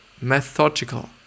methodical